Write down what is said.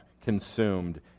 consumed